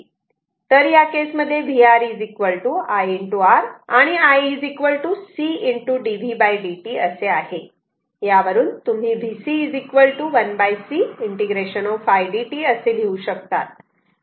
तर या केसमध्ये VR i R आणि i c dv dt असे आहे यावरून तुम्ही VC 1 C ∫ i dt असे लिहू शकतात